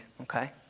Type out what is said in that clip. okay